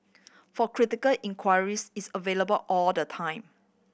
for critical inquiries it's available all the time